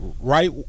right